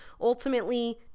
ultimately